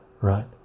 right